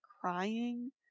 crying